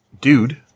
dude